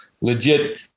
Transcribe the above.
legit